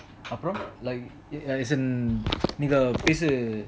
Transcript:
அப்போ:apo like as in நீங்க பேசு:nenga peasu